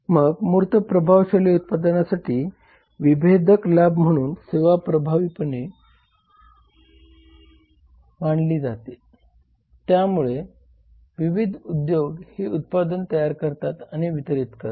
मग मूर्त प्रभावशाली उत्पादनांसाठी विभेदक लाभ म्हणून सेवा प्रभावीपणे त्यामुळे विविध उद्योगे हे उत्पादन तयार करतात आणि वितरीत करतात